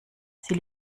sie